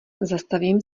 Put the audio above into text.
zastavím